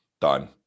Done